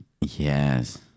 Yes